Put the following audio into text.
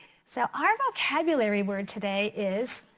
so our vocabulary word today is,